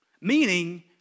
Meaning